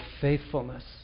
faithfulness